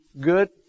good